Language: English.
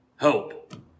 Hope